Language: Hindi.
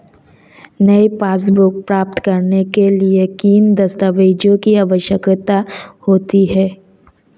नई पासबुक प्राप्त करने के लिए किन दस्तावेज़ों की आवश्यकता होती है?